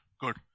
good